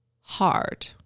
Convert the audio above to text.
hard